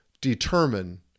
determine